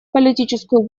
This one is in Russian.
политическую